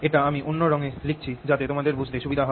এটা আমি অন্য রঙ এ লিখছি যাতে তোমাদের বুঝতে সুবিধা হয়